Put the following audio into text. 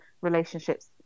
relationships